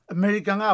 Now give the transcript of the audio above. American